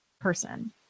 person